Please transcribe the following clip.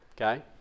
Okay